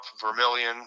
Vermilion